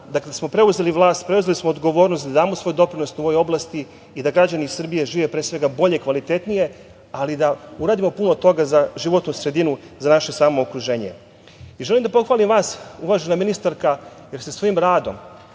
kada smo preuzeli vlast preuzeli smo odgovornost da damo svoj doprinos ovoj oblasti i da građani Srbije žive pre svega bolje, kvalitetnije, ali da uradimo puno toga za životnu sredinu, za naše samo okruženje. Želim da pohvalim vas, uvažena ministarka, jer ste svojim radom